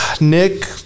Nick